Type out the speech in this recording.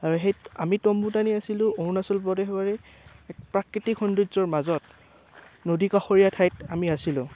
আৰু সেই আমি টম্বু টানি আছিলোঁ অৰুণাচল প্ৰদেশৰে প্ৰাকৃতিক সৌন্দৰ্যৰ মাজত নদীকাষৰীয়া ঠাইত আমি আছিলোঁ